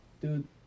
Dude